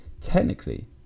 technically